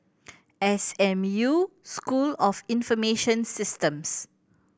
S M U School of Information Systems